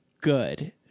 good